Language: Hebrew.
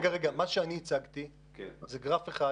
מה שאני הצגתי זה גרף אחד